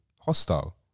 hostile